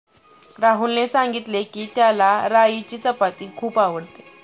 राहुलने सांगितले की, त्याला राईची चपाती खूप आवडते